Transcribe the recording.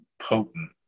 potent